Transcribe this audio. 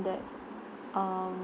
that um